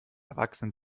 erwachsen